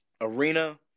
arena